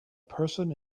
person